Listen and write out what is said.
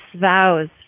vows